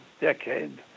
decade